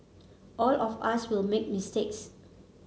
all of us will make mistakes